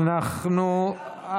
אנחנו,